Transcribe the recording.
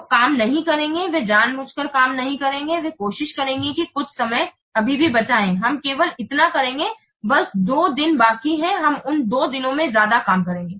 लोग काम नहीं करेंगे वे जानबूझकर काम नहीं करेंगे वे कोशिश करेंगे कि कुछ समय अभी भी बचा है हम केवल इतना करेंगे बस दो दिन बाकी हैं हम उन दिनों में जयादा काम करेंगे